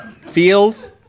Feels